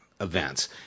events